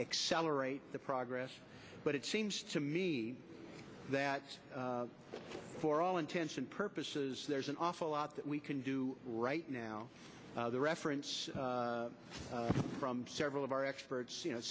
accelerate the progress but it seems to me that for all intents and purposes there's an awful lot that we can do right now the reference from several of our experts you know